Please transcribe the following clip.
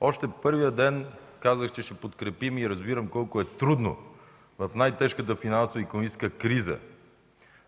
Още първия ден казах, че ще подкрепим и разбирам колко е трудно в най-тежката финансова и икономическа криза